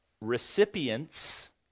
recipients